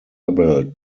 rebelled